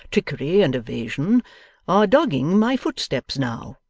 trickery, and evasion are dogging my footsteps now